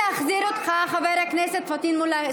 חבר הכנסת פטין מולא,